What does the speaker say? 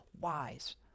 wise